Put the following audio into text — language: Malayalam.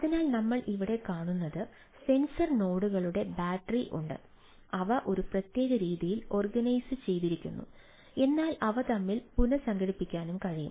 അതിനാൽ നമ്മൾ ഇവിടെ കാണുന്നത് സെൻസർ നോഡുകളുടെ ബാറ്ററി ഉണ്ട് ഇവ ഒരു പ്രത്യേക രീതിയിൽ ഓർഗനൈസുചെയ്തിരിക്കുന്നു എന്നാൽ അവ തമ്മിൽ പുനസംഘടിപ്പിക്കാനും കഴിയും